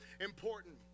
important